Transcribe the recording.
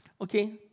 Okay